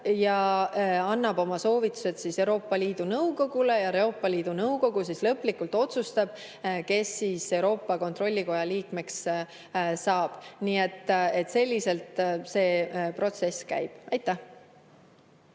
ja annab oma soovitused Euroopa Liidu Nõukogule ja Euroopa Liidu Nõukogu siis lõplikult otsustab, kes Euroopa Kontrollikoja liikmeks saab. Selliselt see protsess käib. Palun